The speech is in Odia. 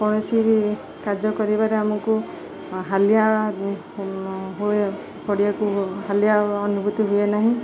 କୌଣସି ବି କାର୍ଯ୍ୟ କରିବାରେ ଆମକୁ ହାଲିଆ ହୁଏ ପଡ଼ିଆକୁ ହାଲିଆ ଅନୁଭୂତି ହୁଏ ନାହିଁ